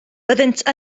byddent